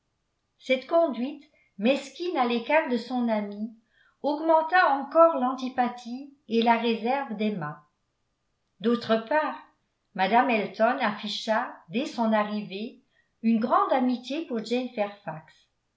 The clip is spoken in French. cette conduite mesquine à l'égard de son amie augmenta encore l'antipathie et la réserve d'emma d'autre part mme elton afficha dès son arrivée une grande amitié pour